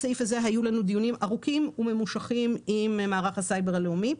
בסעיף הזה היו לנו דיונים ארוכים וממושכים עם מערך הסייבר הלאומי.